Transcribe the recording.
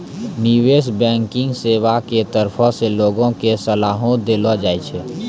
निबेश बैंकिग सेबा के तरफो से लोगो के सलाहो देलो जाय छै